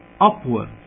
upwards